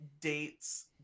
dates